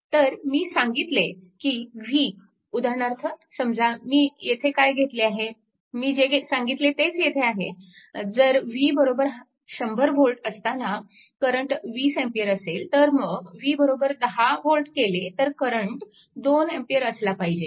तर मी सांगितले की v उदाहरणार्थ समजा मी येथे काय घेतले आहे मी जे सांगितले तेच येथे आहे जर v 100V असताना करंट 20A असेल तर मग v 10 V केले तर करंट 2A असला पाहिजे